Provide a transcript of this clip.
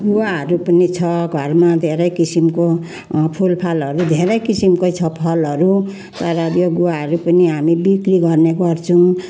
गुवाहरू पनि छ घरमा धेरै किसिमको फुलफलहरू धेरै किसिमको छ फलहरू तर यो गुवाहरू पनि हामी बिक्री गर्ने गर्छौँ